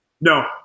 No